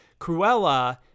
Cruella